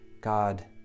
God